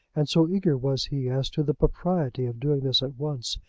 and so eager was he as to the propriety of doing this at once,